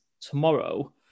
tomorrow